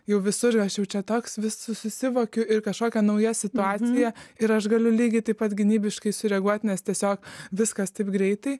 jau visur aš jau čia toks vis susivokiu ir kažkokią naują situaciją ir aš galiu lygiai taip pat gynybiškai sureaguot nes tiesiog viskas taip greitai